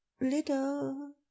Little